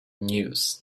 news